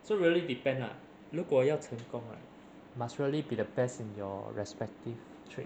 so really depend lah 如果要成功 right must really be the best in your respective trade